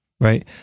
Right